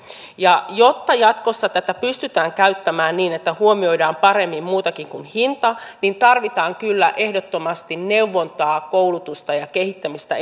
ja jotta jatkossa tätä pystytään käyttämään niin että huomioidaan paremmin muutakin kuin hinta niin tarvitaan kyllä ehdottomasti neuvontaa koulutusta ja kehittämistä